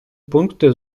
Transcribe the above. пункти